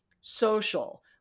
social